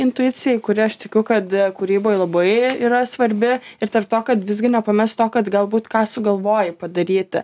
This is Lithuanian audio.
intuicijai kuri aš tikiu kad kūryboj labai yra svarbi ir tarp to kad visgi nepamest to kad galbūt ką sugalvoji padaryti